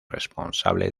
responsable